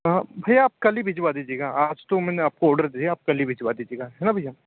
भैया आप कल ही भिजवा दीजिएगा आज तो मैंने आपको ओडर दिया है आप कल ही भिजवा दीजिएगा है ना भैया